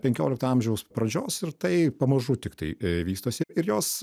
penkiolikto amžiaus pradžios ir tai pamažu tiktai vystosi ir jos